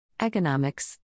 Economics